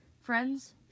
Friends